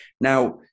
Now